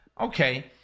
okay